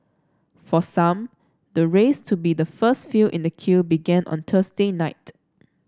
for some the race to be the first few in the queue began on Thursday night